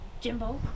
Jimbo